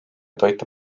toitu